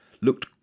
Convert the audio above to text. looked